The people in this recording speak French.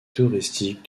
touristique